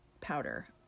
powder